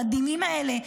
המדהימים האלה,